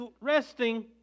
resting